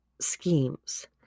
schemes